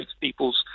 people's